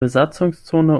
besatzungszone